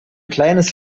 kleines